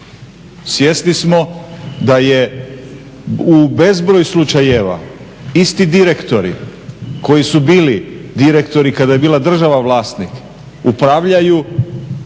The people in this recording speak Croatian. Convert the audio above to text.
Svjesni smo da je u bezbroj slučajeva isti direktori koji su bili direktori kada je bila država vlasnik upravljaju